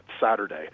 Saturday